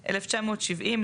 1970,